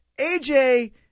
AJ